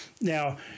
Now